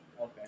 Okay